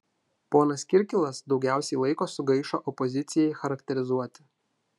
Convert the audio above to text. ponas kirkilas daugiausiai laiko sugaišo opozicijai charakterizuoti